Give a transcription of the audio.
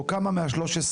או כמה מה-13,